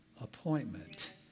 appointment